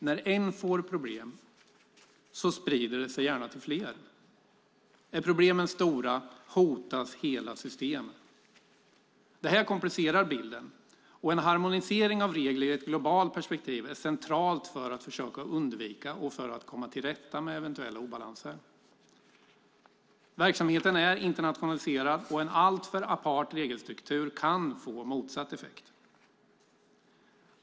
När en får problem sprider det sig gärna till fler. Är problemen stora hotas hela system. Det här komplicerar bilden, och en harmonisering av regler i ett globalt perspektiv är centralt för att försöka undvika och komma till rätta med eventuella obalanser. Verksamheten är internationaliserad, och en alltför apart regelstruktur kan få motsatt effekt.